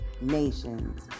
nations